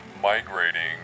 migrating